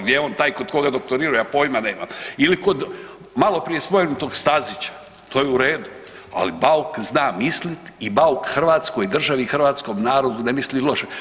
Gdje je on taj kod kojeg je on doktorirao ja pojma nemam ili kod maloprije spomenutog Stazića, to je u redu, ali Bauk zna mislit i Bauk Hrvatskoj državi i hrvatskom narodu ne misli loše.